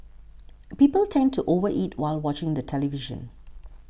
people tend to over eat while watching the television